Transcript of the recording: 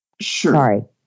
Sure